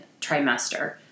trimester